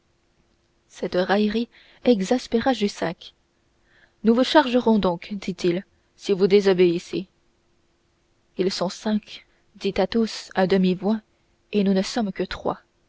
cette raillerie exaspéra jussac nous vous chargerons donc dit-il si vous désobéissez ils sont cinq dit athos à demi-voix et nous ne sommes que trois